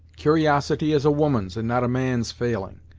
cur'osity is a woman's, and not a man's failing,